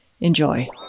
enjoy